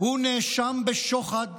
הוא נאשם בשוחד,